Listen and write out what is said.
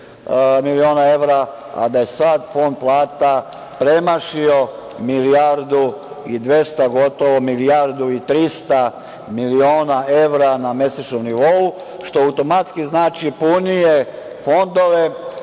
miliona evra, a da je sad fond plata premašio milijardu i 200, gotovo milijardu i 300 miliona evra na mesečnom nivou, što automatski znači punije fondove